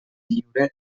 lliure